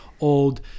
old